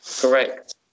Correct